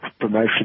promotion